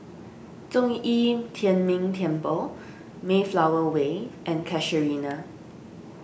Zhong Yi Tian Ming Temple Mayflower Way and Casuarina